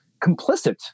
complicit